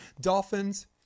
Dolphins